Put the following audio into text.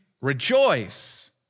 Rejoice